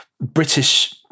British